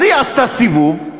אז היא עשתה סיבוב,